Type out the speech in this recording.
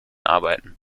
arbeiten